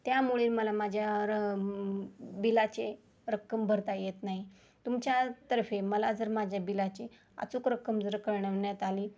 त्यामुळे मला माझ्या र बिलाचे रक्कम भरता येत नाही तुमच्या तर्फे मला जर माझ्या बिलाचे अचूक रक्कम जर कळवण्यात आली